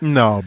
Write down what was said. no